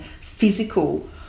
physical